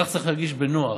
אזרח צריך להרגיש בנוח,